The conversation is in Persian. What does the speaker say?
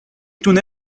دونه